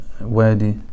Wadi